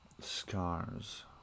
scars